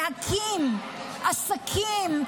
להקים עסקים,